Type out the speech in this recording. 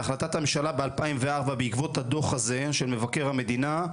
זה החלטת הממשלה ב-2004 בעקבות הדוח הזה של מבקר המדינה,